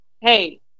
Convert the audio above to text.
hey